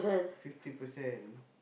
fifty percent